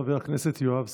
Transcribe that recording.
חבר הכנסת יואב סגלוביץ',